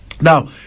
Now